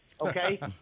Okay